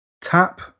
tap